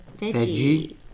veggie